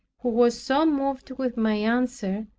who was so moved with my answer,